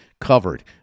covered